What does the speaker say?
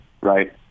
right